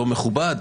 לא מכובד,